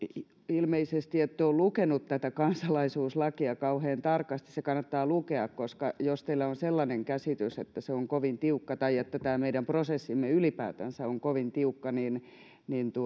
ilmeisesti ette ole lukenut kansalaisuuslakia kauhean tarkasti ja se kannattaa lukea jos teillä on sellainen käsitys että se on kovin tiukka tai että tämä meidän prosessimme ylipäätänsä on kovin tiukka